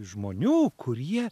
žmonių kurie